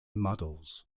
models